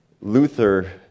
Luther